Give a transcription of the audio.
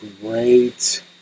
great